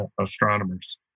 astronomers